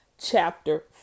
chapter